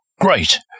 great